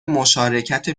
مشارکت